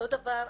אותו דבר,